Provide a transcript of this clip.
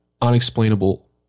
unexplainable